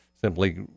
simply